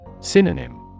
Synonym